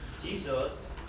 Jesus